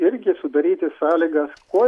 irgi sudaryti sąlygas kuo